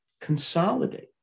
consolidate